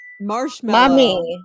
marshmallow